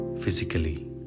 physically